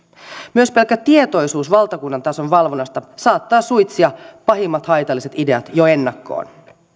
myös pelkkä tietoisuus valtakunnan tason valvonnasta saattaa suitsia pahimmat haitalliset ideat jo ennakkoon